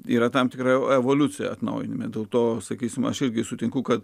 yra tam tikra evoliucija atnaujinime dėl to sakysime aš irgi sutinku kad